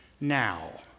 now